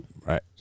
Right